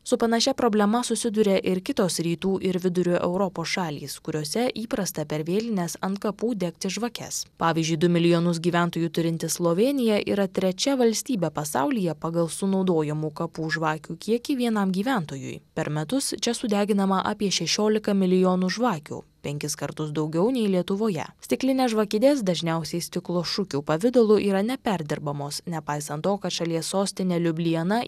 su panašia problema susiduria ir kitos rytų ir vidurio europos šalys kuriose įprasta per vėlines ant kapų degti žvakes pavyzdžiui du milijonus gyventojų turinti slovėnija yra trečia valstybė pasaulyje pagal sunaudojamų kapų žvakių kiekį vienam gyventojui per metus čia sudeginama apie šešiolika milijonų žvakių penkis kartus daugiau nei lietuvoje stiklinės žvakidės dažniausiai stiklo šukių pavidalu yra neperdirbamos nepaisant to kad šalies sostinė liubliana